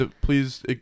please